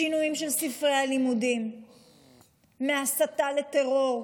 שינויים של ספרי הלימודים מההסתה לטרור.